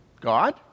God